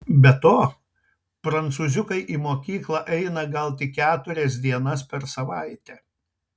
be to prancūziukai į mokyklą eina gal tik keturias dienas per savaitę